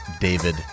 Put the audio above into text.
David